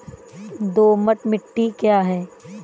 दोमट मिट्टी क्या है?